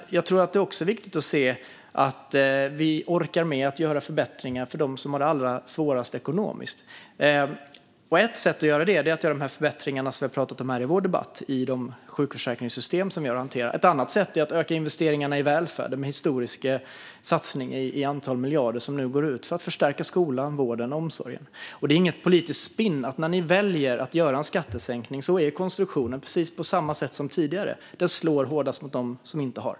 Jag tror också att det är viktigt att vi orkar med att göra förbättringar för dem som har det allra svårast ekonomiskt. Ett sätt att göra det är genom förbättringar som vi har pratat om i vår debatt, alltså i de sjukförsäkringssystem som vi har att hantera. Ett annat sätt är att öka investeringarna i välfärden med en historisk satsning i antal miljarder som nu går ut för att förstärka skolan, vården och omsorgen. Det är inget politiskt spinn att påpeka att konstruktionen när ni väljer att göra en skattesänkning fungerar precis på samma sätt som tidigare: Den slår hårdast mot dem som inte har.